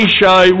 show